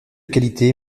qualités